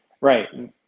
Right